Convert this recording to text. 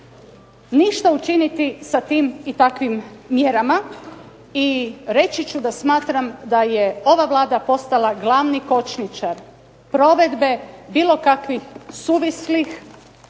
ništa učiniti sa tim i takvim mjerama i reći ću da smatram da je ova Vlada postala glavni kočničar provedbe bilo kakvih suvislih,